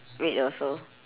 red also